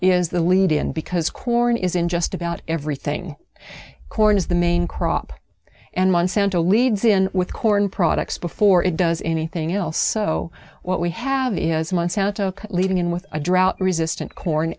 is the lead in because corn is in just about everything corn is the main crop and monsanto leads in with corn products before it does anything else so what we have is most out of leaving and with a drought resistant corn